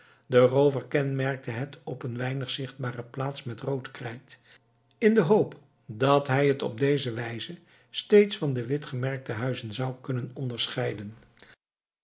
de roover kenmerkte het op een weinig zichtbare plaats met rood krijt in de hoop dat hij het op deze wijze steeds van de wit gemerkte huizen zou kunnen onderscheiden